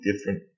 different